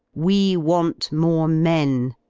we want more men!